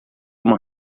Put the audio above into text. uma